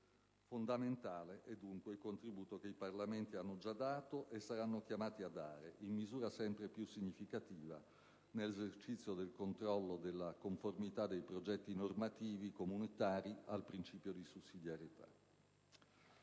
di infrazione. Fondamentale è comunque il contributo che i Parlamenti hanno già dato e saranno chiamati a dare in misura sempre più significativa nell'esercizio del controllo della conformità dei progetti normativi comunitari al principio di sussidiarietà.